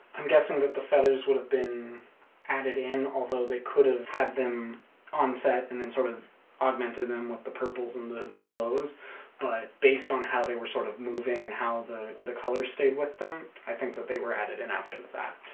i'm guessing that the feathers would have been added in although they could have had them on set and then sort of augmented them with the purples and the the glows but based on how they were sort of moving and how the the colors stayed with them. i think that they were added in after the fact